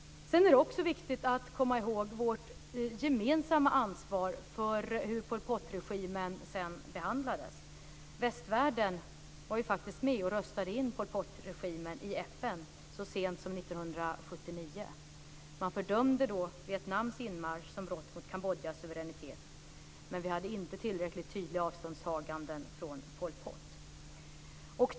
Det är också viktigt att komma ihåg vårt gemensamma ansvar för hur Pol Pot-regimen sedan behandlades. Västvärlden var faktiskt med och röstade in Pol Pot-regimen i FN så sent som 1979. Man fördömde då Vietnams inmarsch som brott mot Kambodjas suveränitet, men vi hade inte tillräckligt tydliga avståndstaganden från Pol Pot.